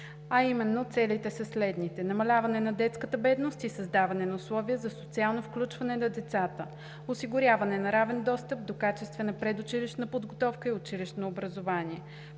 Целите са следните: намаляване на детската бедност и създаване на условия за социално включване на децата; осигуряване на равен достъп до качествена предучилищна подготовка и училищно образование;